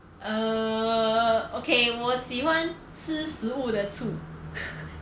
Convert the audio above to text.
err okay 我喜欢吃食物的醋